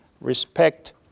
respect